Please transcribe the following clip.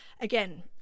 again